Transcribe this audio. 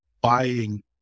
buying